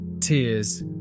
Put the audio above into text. tears